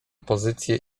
pozycję